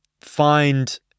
find